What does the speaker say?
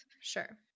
sure